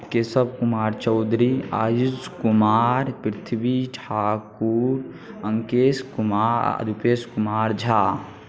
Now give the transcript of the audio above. Keshav Kumar Chaudhary Ayush Kumar Prithvi Thakur Ankesh Kumar Rupesh Kumar Jha